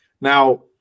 now